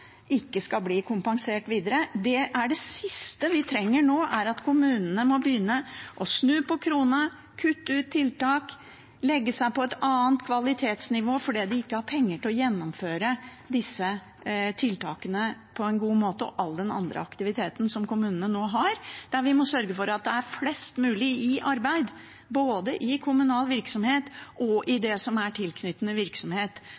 ikke skal bli kompensert videre. Det siste vi trenger nå, er at kommunene må begynne å snu på kronene, kutte ut tiltak, legge seg på et annet kvalitetsnivå fordi de ikke har penger til å gjennomføre disse tiltakene på en god måte og all den andre aktiviteten som kommunene har nå. Der må vi sørge for at flest mulig er i arbeid, både i kommunal virksomhet og i det som er tilknyttende virksomhet,